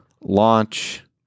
launch